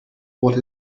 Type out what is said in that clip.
what